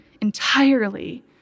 entirely